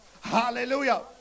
Hallelujah